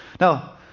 Now